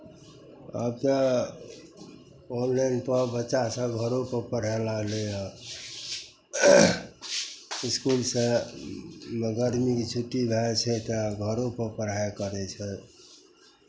आब तऽ कॉलेजसँ बच्चासभ घरोपर पढ़य लेल एलैए इसकुलसँ जे गर्मीके छुट्टी भए जाइ छै तऽ घरोपर पढ़ाइ करै छै